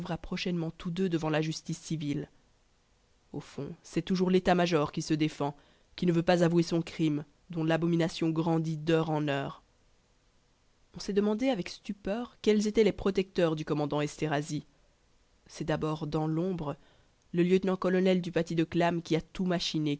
prochainement tous deux devant la justice civile au fond c'est toujours l'état-major qui se défend qui ne veut pas avouer son crime dont l'abomination grandit d'heure en heure on s'est demandé avec stupeur quels étaient les protecteurs du commandant esterhazy c'est d'abord dans l'ombre le lieutenant-colonel du paty de clam qui a tout machiné